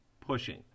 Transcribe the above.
pushing